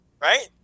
Right